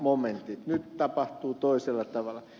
nyt tapahtuu toisella tavalla